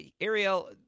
Ariel